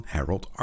Harold